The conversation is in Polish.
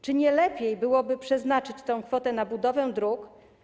Czy nie lepiej byłoby przeznaczyć tę kwotę na budowę dróg?